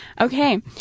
Okay